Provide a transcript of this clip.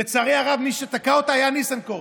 לצערי הרב, מי שתקע אותה היה ניסנקורן.